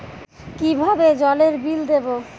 কিভাবে জলের বিল দেবো?